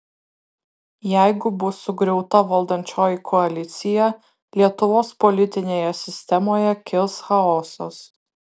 jeigu bus sugriauta valdančioji koalicija lietuvos politinėje sistemoje kils chaosas